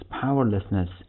powerlessness